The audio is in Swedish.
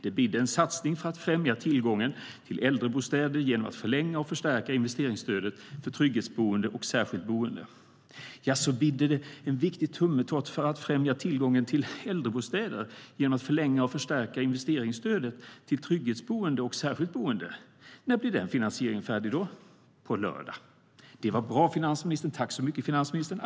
Det bidde en satsning för att främja tillgången till äldrebostäder genom att förlänga och förstärka investeringsstödet till trygghetsboende och särskilt boende.- Jaså, bidde det en viktig tummetott för att främja tillgången till äldrebostäder genom att förlänga och förstärka investeringsstödet till trygghetsboende och särskilt boende? När blir den finansieringen färdig?- Det var bra, finansministern. Tack så mycket, finansministern!